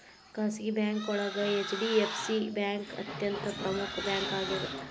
ಖಾಸಗಿ ಬ್ಯಾಂಕೋಳಗ HDFC bank ಅತ್ಯಂತ ಪ್ರಮುಖ್ ಬ್ಯಾಂಕಾಗ್ಯದ